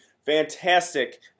Fantastic